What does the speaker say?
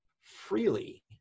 freely